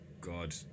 God